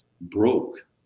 broke